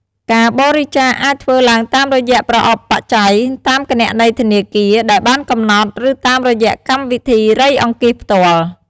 ការបរិច្ចាគអាចធ្វើឡើងតាមរយៈប្រអប់បច្ច័យ តាមគណនីធនាគារដែលបានកំណត់ ឬតាមរយៈកម្មវិធីរៃអង្គាសផ្ទាល់។